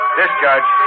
discharge